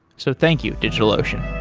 so thank you, digitalocean